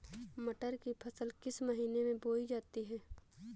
मटर की फसल किस महीने में बोई जाती है?